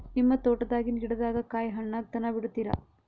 ನಿಮ್ಮ ತೋಟದಾಗಿನ್ ಗಿಡದಾಗ ಕಾಯಿ ಹಣ್ಣಾಗ ತನಾ ಬಿಡತೀರ?